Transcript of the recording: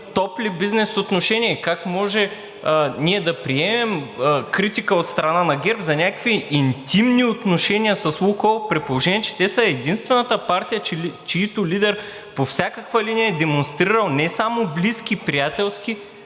топли бизнес отношения? Как може ние да приемем критика от страна на ГЕРБ за някакви интимни отношения с „Лукойл“, при положение че те са единствената партия, чийто лидер по всякаква линия е демонстрирал не само близки и приятелски,